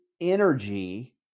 energy